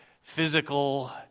physical